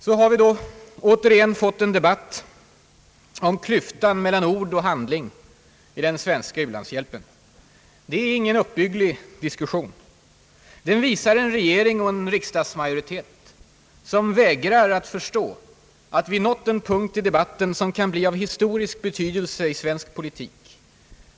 Så har vi då återigen fått en debatt om klyftan mellan ord och handling i den svenska u-landshjälpen. Det är ingen uppbygglig diskussion. Den visar en regering och en riksdagsmajoritet som vägrar att förstå att vi nått en punkt i debatten som kan bli av historisk betydelse i svensk politik.